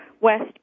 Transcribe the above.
West